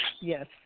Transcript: Yes